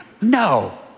No